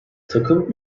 takım